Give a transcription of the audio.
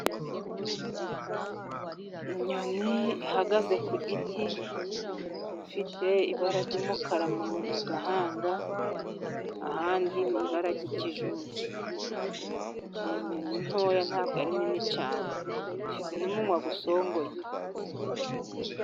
Inyoni ihagaze ku giti ifite ibara ry'umukara mu gahanga. Ahandi ni ibara ry'ikijuju. Ni inyoni ntoya nta bwo ari nini cyane, ifite umunwa usongoye.